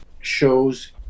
shows